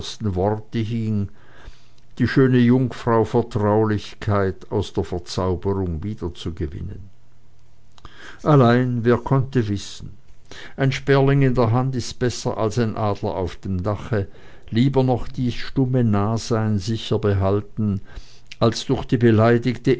worte hing die schöne jungfrau vertraulichkeit aus der verzauberung wiederzugewinnen allein wer konnte wissen ein sperling in der hand ist besser als ein adler auf dem dache lieber noch dies stumme nahsein sicher behalten als durch die beleidigte